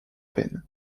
peine